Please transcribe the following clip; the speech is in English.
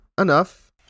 enough